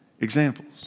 examples